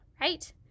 right